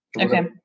Okay